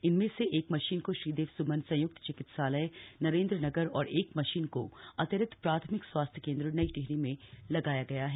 इनमें से एक मशीन को श्रीदेव सुमन संयुक्त चिकित्सालय नरेंद्रनगर और एक मशीन को अतिरिक्त प्राथमिक स्वास्थ्य केंद्र नई टिहरी में लगाया गया है